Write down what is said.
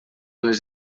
les